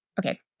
okay